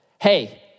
Hey